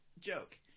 joke